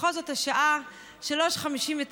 בכל זאת השעה 03:59,